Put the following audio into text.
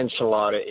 enchilada